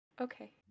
Okay